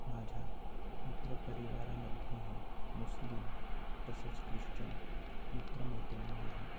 माझ्या मित्रपरिवारामध्येही मुस्लिम तसेच ख्रिश्चन मित्रमैत्रिणी आहेत